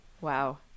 Wow